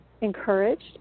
encouraged